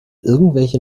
irgendwelche